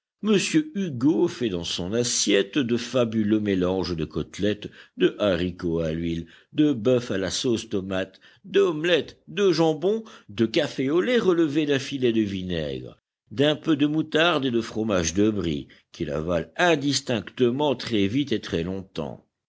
m hugo fait dans son assiette de fabuleux mélanges de côtelettes de haricots à l'huile de bœuf à la sauce tomate d'omelette de jambon de café au lait relevé d'un filet de vinaigre d'un peu de moutarde et de fromage de brie qu'il avale indistinctement très-vite et